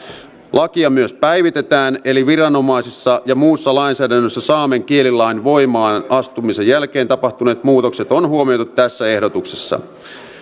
lakia myös päivitetään eli viranomaisissa ja muussa lainsäädännössä saamen kielilain voimaan astumisen jälkeen tapahtuneet muutokset on huomioitu tässä ehdotuksessa